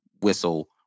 whistle